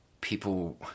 people